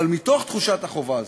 אבל מתוך תחושת החובה הזאת,